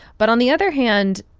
but on the other hand,